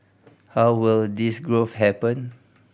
how will this growth happen